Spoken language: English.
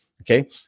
okay